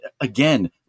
again